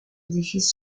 his